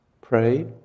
Pray